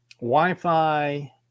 Wi-Fi